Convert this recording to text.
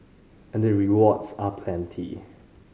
and they rewards are plenty